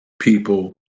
people